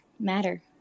M-A-T-T-E-R